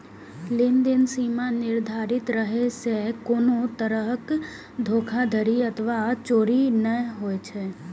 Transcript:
लेनदेन सीमा निर्धारित रहै सं कोनो तरहक धोखाधड़ी अथवा चोरी नै होइ छै